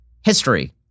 history